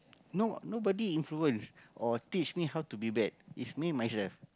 no nobody influence or teach me how to be bad is me myself